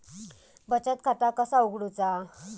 बचत खाता कसा उघडूचा?